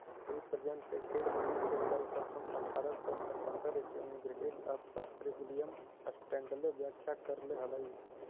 representative money के सर्वप्रथम अट्ठारह सौ पचहत्तर ईसवी में ब्रिटिश अर्थशास्त्री विलियम स्टैंडले व्याख्या करले हलई